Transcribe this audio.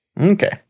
okay